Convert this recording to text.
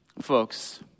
folks